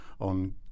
on